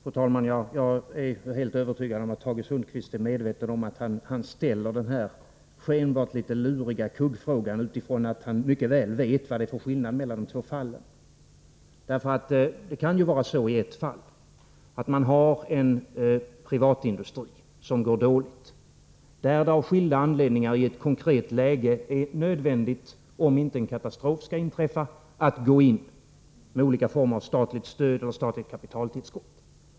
Fru talman! Jag är helt övertygad om att Tage Sundkvist ställer denna skenbart litet luriga kuggfråga väl medveten om vad det är för skillnad mellan de två fallen. I ett fall kan det finnas en privat industri som går dåligt. Av skilda skäl kan det i ett konkret läge vara nödvändigt — om inte en katastrof skall inträffa— att gå in med olika former av statligt stöd och statligt kapitaltillskott.